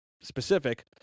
specific